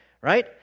right